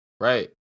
Right